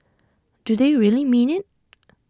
do they really mean IT